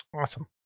awesome